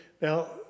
Now